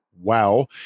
Wow